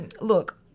Look